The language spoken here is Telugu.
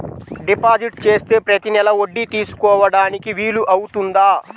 డిపాజిట్ చేస్తే ప్రతి నెల వడ్డీ తీసుకోవడానికి వీలు అవుతుందా?